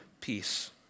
peace